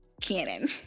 Canon